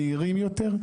מהירים יותר,